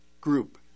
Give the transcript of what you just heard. group